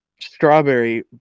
strawberry